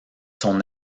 son